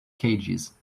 cages